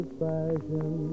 fashion